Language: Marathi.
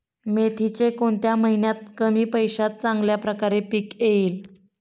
मेथीचे कोणत्या महिन्यात कमी पैशात चांगल्या प्रकारे पीक येईल?